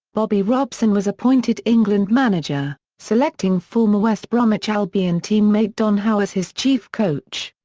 bobby robson was appointed england manager, selecting former west bromwich albion team-mate don howe as his chief coach.